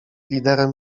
liderem